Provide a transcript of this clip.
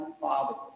Father